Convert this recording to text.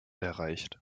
erreicht